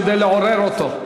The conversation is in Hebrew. כדי לעורר אותו.